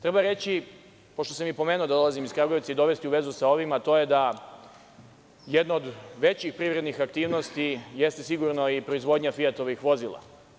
Treba reći, pošto sam pomenuo da dolazim iz Kragujevca, i dovesti u vezu sa ovim, a to je da jedna od većih privrednih aktivnosti jeste sigurno proizvodnja Fijatovih vozila.